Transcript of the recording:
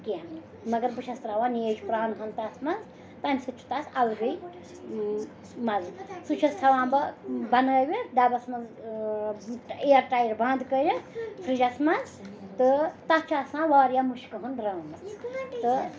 کیٚنٛہہ مگر بہٕ چھَس ترٛاوان نیج پرٛانہٕ ہٕن تَتھ منٛز تیٚمۍ سۭتۍ چھُ تَتھ اَلگٕے مَزٕ سُہ چھَس تھاوان بہٕ بَنٲوِتھ ڈَبَس منٛز اِیَر ٹایِٹ بنٛد کٔرِتھ فِرٛجَس منٛز تہٕ تَتھ چھِ آسان واریاہ مُشکہٕ ہٕن درٛامٕژ تہٕ